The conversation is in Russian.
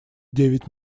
девять